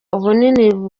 ubunini